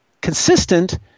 consistent